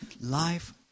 Life